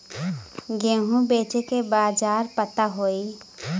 गेहूँ बेचे के बाजार पता होई?